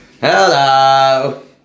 Hello